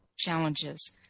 challenges